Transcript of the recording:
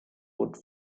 would